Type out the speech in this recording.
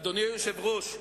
אדוני היושב-ראש,